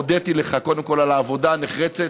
הודיתי לך קודם כול על העבודה הנחרצת.